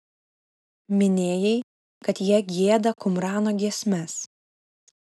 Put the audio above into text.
minėjai kad jie gieda kumrano giesmes